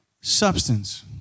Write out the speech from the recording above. substance